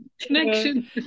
connection